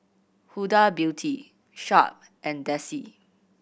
Huda Beauty Sharp and Delsey